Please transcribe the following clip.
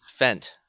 Fent